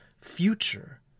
future